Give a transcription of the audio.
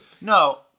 No